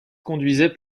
conduisaient